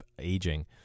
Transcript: aging